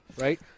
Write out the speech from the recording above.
right